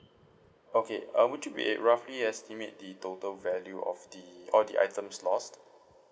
okay uh would you be err roughly estimate the total value of the all the items lost